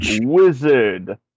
wizard